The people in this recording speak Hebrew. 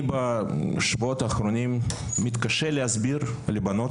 בשבועות האחרונים אני מתקשה להסביר לבנות